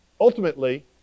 ultimately